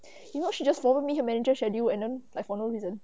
you got she just forward me her manager schedule and then like for no reason